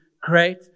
great